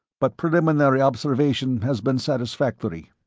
but preliminary observation has been satisfactory.